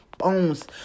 Bones